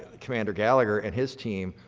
ah commander gallagher and his team,